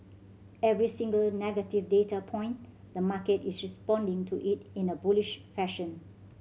every single negative data point the market is responding to it in a bullish fashion